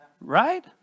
Right